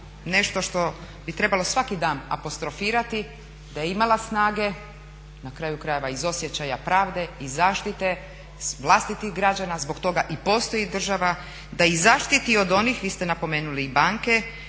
nešto što bi trebalo svaki dan apostrofirati da je imala snage, na kraju krajeva iz osjećaja pravde i zaštite vlastitih građana, zbog toga i postoji država da ih zaštiti od onih, vi ste napomenuli banke